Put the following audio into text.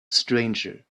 stranger